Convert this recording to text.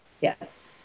Yes